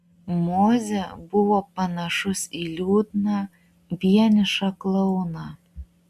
mozė buvo panašus į liūdną vienišą klouną